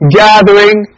gathering